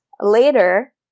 Later